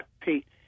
Pete